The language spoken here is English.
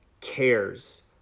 cares